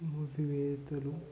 మూసివేతలు